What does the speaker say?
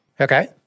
Okay